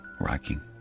rocking